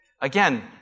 Again